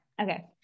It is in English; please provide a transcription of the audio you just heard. Okay